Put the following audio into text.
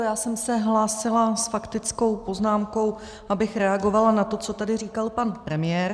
Já jsem se hlásila s faktickou poznámkou, abych reagovala na to, co tady říkal pan premiér.